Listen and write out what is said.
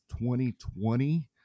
2020